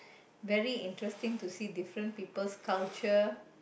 very interesting to see different people's culture